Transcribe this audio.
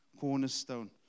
cornerstone